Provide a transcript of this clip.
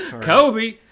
Kobe